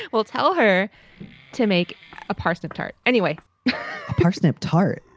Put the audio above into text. well, tell her to make a parsnip tart anyway parsnip tart.